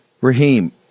Raheem